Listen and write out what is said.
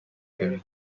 him